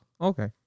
Okay